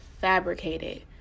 fabricated